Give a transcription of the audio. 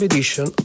Edition